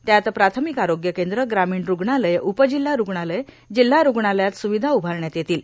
त्यात प्राथमिक आरोग्य केंद्र ग्रामीण रुग्णालये उपजिल्हा रुग्णालये जिल्हा रुग्णालयात स्विधा उभारण्यात येतील